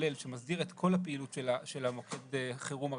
כולל שמסדיר את כל הפעילות של מוקד החירום הרפואי,